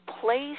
place